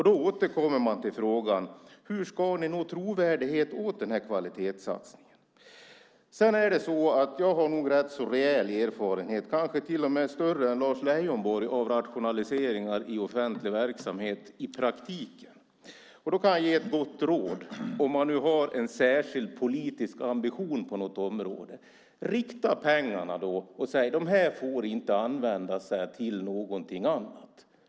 Då återkommer man till frågan: Hur ska ni nå trovärdighet när det gäller den här kvalitetssatsningen? Jag har nog rätt rejäl erfarenhet, kanske till och med större än Lars Leijonborg, av rationaliseringar i offentlig verksamhet i praktiken. Då kan jag ge ett gott råd, om man nu har en särskild politisk ambition på något område. Rikta pengarna och säg: De här får inte användas till någonting annat!